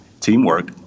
teamwork